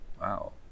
Wow